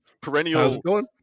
Perennial